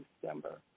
December